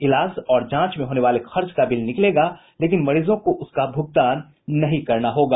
इलाज और जांच में होने वाले खर्च का बिल निकलेगा लेकिन मरीजों को उसका भूगतान नहीं करना होगा